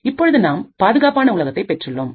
இப்பொழுது நாம் பாதுகாப்பான உலகத்தை பெற்றுள்ளோம்